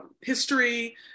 history